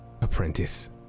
apprentice